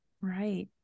right